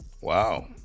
Wow